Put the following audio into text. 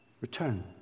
Return